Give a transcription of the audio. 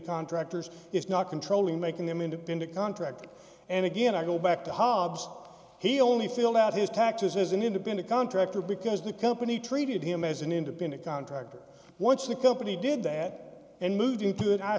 contractors is not controlling making them independent contractor and again i go back to hobbs he only filled out his taxes as an independent contractor because the company treated him as an independent contractor once the company did that and moved into it i